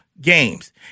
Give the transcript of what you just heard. games